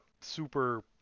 super